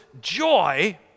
Joy